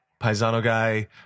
PaisanoGuy